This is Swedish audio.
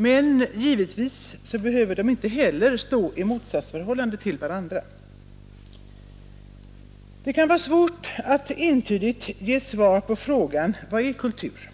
Men givetvis behöver inte heller dessa begrepp stå i motsatsförhållande till varandra. Det kan vara svårt att entydigt ge ett svar på frågan: Vad är kultur?